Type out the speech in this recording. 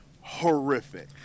horrific